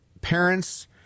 parents